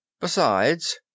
Besides